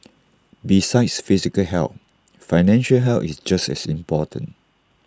besides physical health financial health is just as important